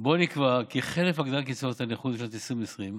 שבו נקבע כי חלף הגדלת קצבאות הנכות בשנת 2020,